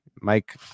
Mike